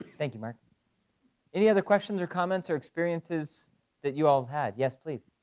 thank you mark any other questions or comments or experiences that you all had? yes please.